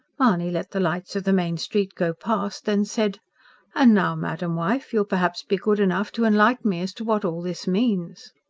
mahony let the lights of the main street go past then said and now, madam wife, you'll perhaps be good enough to enlighten me as to what all this means?